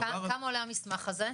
כמה עולה המסמך הזה?